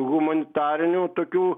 humanitarinių tokių